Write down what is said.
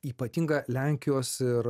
ypatingą lenkijos ir